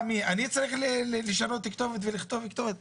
אני צריך לשנות כתובת ולכתוב כתובת?